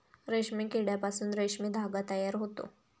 रेशीम किड्यापासून रेशीम धागा तयार होतो